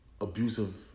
abusive